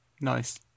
Nice